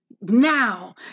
now